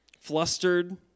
flustered